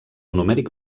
numèric